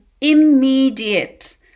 immediate